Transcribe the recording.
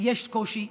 ויש קושי,